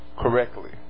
correctly